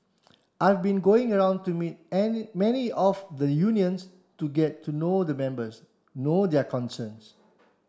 I've been going around to meet many of the unions to get to know the members know their concerns